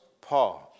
Paul